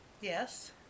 Yes